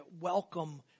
welcome